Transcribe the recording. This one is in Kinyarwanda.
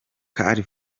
car